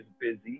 busy